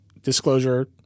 disclosure